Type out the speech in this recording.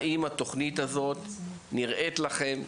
האם התוכנית הזאת נראית לכם?